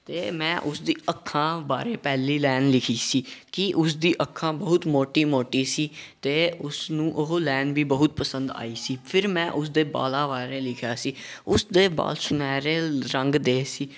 ਅਤੇ ਮੈਂ ਉਸਦੀ ਅੱਖਾਂ ਬਾਰੇ ਪਹਿਲੀ ਲੈਨ ਲਿਖੀ ਸੀ ਕਿ ਉਸਦੀ ਅੱਖਾਂ ਬਹੁਤ ਮੋਟੀ ਮੋਟੀ ਸੀ ਅਤੇ ਉਸਨੂੰ ਉਹ ਲੈਨ ਵੀ ਬਹੁਤ ਪਸੰਦ ਆਈ ਸੀ ਫਿਰ ਮੈਂ ਉਸਦੇ ਵਾਲਾਂ ਬਾਰੇ ਲਿਖਿਆ ਸੀ ਉਸਦੇ ਵਾਲ ਸੁਨਹਿਰੇ ਰੰਗ ਦੇ ਸੀ